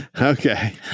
Okay